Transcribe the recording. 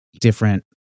different